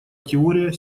теория